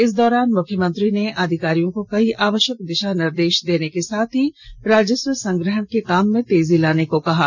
इस दौरान मुख्यमंत्री ने अधिकारियों कई आवष्यक दिषा निर्देष देने के साथ ही राजस्व संग्रहण के काम में तेजी लाने का निर्देष दिया